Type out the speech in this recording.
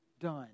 done